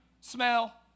smell